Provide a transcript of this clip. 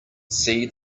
see